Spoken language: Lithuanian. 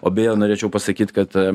o beje norėčiau pasakyt kad